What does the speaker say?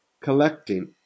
collecting